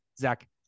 Zach